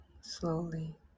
slowly